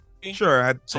Sure